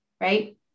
right